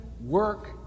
work